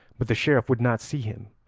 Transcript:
but the sheriff would not see him,